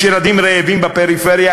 יש ילדים רעבים בפריפריה,